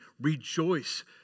Rejoice